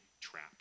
trap